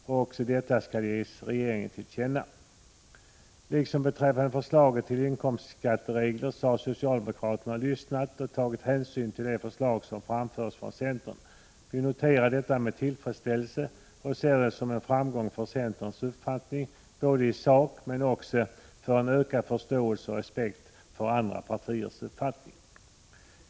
Vad utskottet anfört bör ges regeringen till känna.” Liksom beträffande förslaget till inkomstskatteregler har socialdemokraterna lyssnat och tagit hänsyn till de förslag som framförts från centern. Vi noterar detta med tillfredsställelse och ser det som en framgång för centerns uppfattning såväl i sak som när det gäller en ökad förståelse och respekt för andra partiers uppfattning.